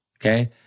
okay